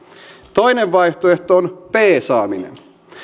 toinen vaihtoehto on peesaaminen